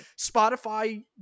Spotify